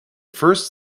first